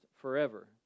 forever